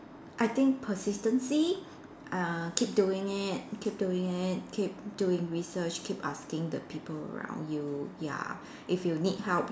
I think persistence uh keep doing it keep doing it keep doing research keep asking the people around you ya if you need help you